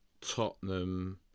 Tottenham